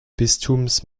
bistums